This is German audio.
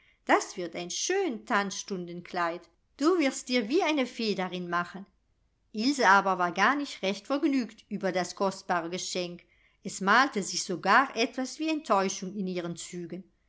das wird ein schön tanzstundenkleid du wirst dir wie eine fee darin machen ilse aber war gar nicht recht vergnügt über das kostbare geschenk es malte sich sogar etwas wie enttäuschung in ihren zügen